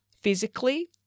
physically